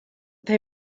they